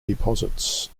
deposits